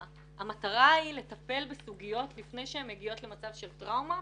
המטרה היא לטפל בסוגיות לפני שהן מגיעות למצב של טראומה,